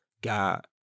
God